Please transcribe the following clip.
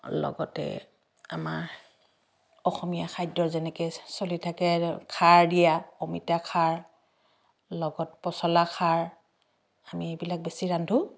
লগতে আমাৰ অসমীয়া খাদ্য যেনেকৈ চলি থাকে খাৰ দিয়া অমিতা খাৰ লগত পচলা খাৰ আমি এইবিলাক বেছি ৰান্ধোঁ